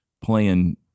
playing